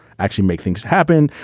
actually make things happen.